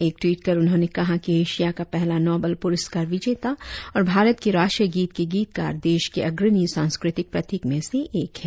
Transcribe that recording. एक ट्वीट कर उन्होंने कहा कि एशिया का पहला नोबेल पुरस्कार विजेता और भारत के राष्ट्रीय गीत के गीतकार देश के अग्रणी सांस्कृतिक प्रतिक में से एक है